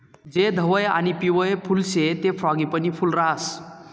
जे धवयं आणि पिवयं फुल शे ते फ्रॉगीपनी फूल राहास